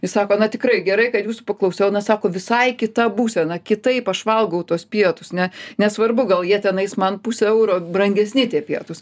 jis sako na tikrai gerai kad jūsų paklausiau na sako visai kita būsena kitaip aš valgau tuos pietus ne nesvarbu gal jie tenais man puse euro brangesni tie pietūs